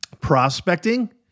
Prospecting